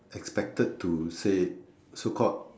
expected to say so called